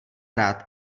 rád